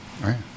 right